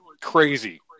crazy